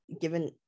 given